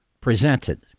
presented